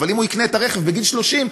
אבל אם הוא יקנה את הרכב בגיל 30,